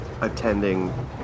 attending